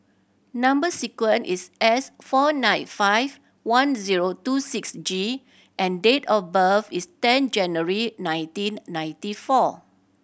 number sequence is S four nine five one zero two six G and date of birth is ten January nineteen ninety four